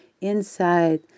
inside